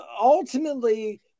ultimately